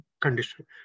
condition